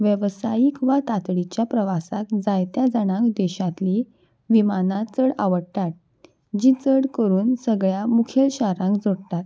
वेवसायीक वा तातडीच्या प्रवासाक जायत्या जाणांक देशांतली विमानां चड आवडटात जी चड करून सगळ्या मुखेल शारांक जोडटात